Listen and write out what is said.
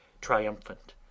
triumphant